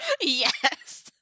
Yes